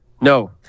no